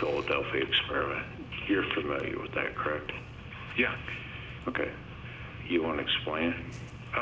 philadelphia experiment here familiar with that correct yeah ok you want to explain and